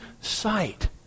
sight